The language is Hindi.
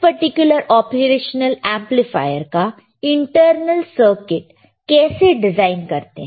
इस पर्टिकुलर ऑपरेशनल एमप्लीफायर का इंटरनल सर्किट कैसे डिजाइन करते हैं